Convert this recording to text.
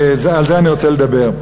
ועל זה אני רוצה לדבר.